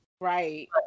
Right